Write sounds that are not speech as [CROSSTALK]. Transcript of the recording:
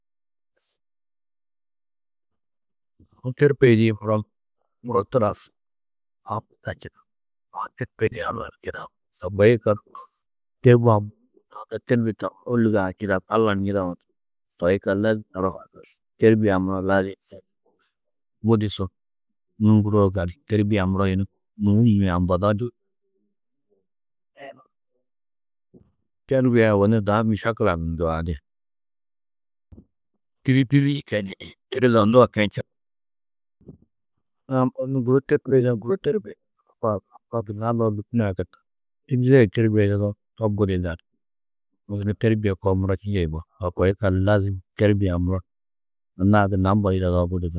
Aũ têrbie yidĩ muro, muro [UNINTELLIGIBLE] [UNINTELLIGIBLE] aũ têrbie yidĩ Alla ni čidaa, to kuĩ yikallu muro têrbie-ã mûhim gunoo, unda têrbie tawo, ôlugo-ã ni njidaku, Alla ni njidawo [UNINTELLIGIBLE] toi yikallu lazim muro [UNINTELLIGIBLE] têrbie-ã muro [UNINTELLIGIBLE] têrbie-ã muro mûhim ni ambado ni. [NOISE] têrbie-ã ôwonni unda ha mešakila ni njuadi. [NOISE] tiri dûli-ĩ kenjini. Tiri zondu-ã kenjunú. [NOISE] [UNINTELLIGIBLE] guru têrbie yida, guru têrbie yidanú. [UNINTELLIGIBLE] gunna Alla ôlukunno yugonnó. [UNINTELLIGIBLE] tîrize yidado to budi gali. Yunu gunna têrbie koo didi yugó, to koo yikallu lazim têrbie-ã muro anna-ã gunna mbo yidadoo budi gali.